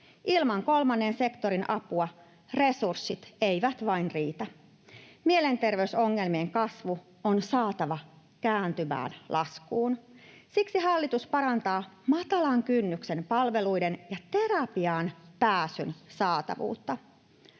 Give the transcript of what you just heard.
Ilman kolmannen sektorin apua resurssit eivät vain riitä. Mielenterveysongelmien kasvu on saatava kääntymään laskuun. Siksi hallitus parantaa matalan kynnyksen palveluiden ja terapiaan pääsyn saatavuutta.